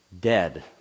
dead